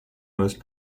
most